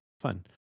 fun